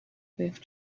faith